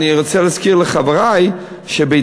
אני רוצה להזכיר לחברי שבהתנתקות,